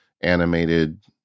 animated